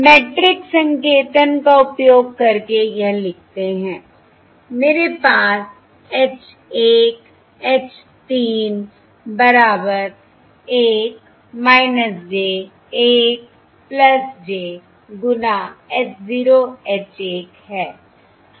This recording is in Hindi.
मैट्रिक्स संकेतन का उपयोग करके यह लिखते हैं मेरे पास H 1 H 3 बराबर 1 j 1 j गुना h 0 h 1 है